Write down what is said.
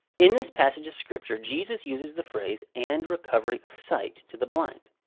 in this passage of scripture, jesus uses the phrase, and recovery of sight to the blind.